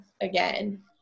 again